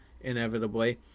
inevitably